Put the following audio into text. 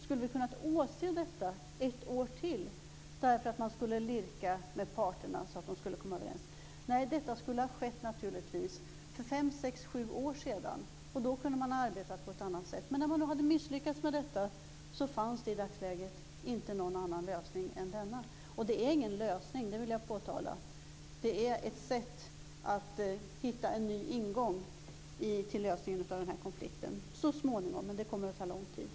Skulle vi ha kunnat åse detta ett år till för att lirka med parterna så att de skulle komma överens? Nej, detta skulle naturligtvis ha skett för fem, sex eller sju år sedan. Då kunde man ha arbetat på ett annat sätt. När man nu hade misslyckats fanns det i dagsläget inte någon annan lösning. Jag vill också påpeka att det inte är fråga om någon lösning utan om ett sätt att så småningom hitta en ny ingång till lösning av den här konflikten. Detta kommer dock att ta lång tid.